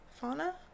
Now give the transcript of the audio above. Fauna